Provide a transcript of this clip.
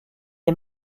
est